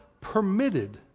permitted